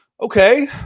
Okay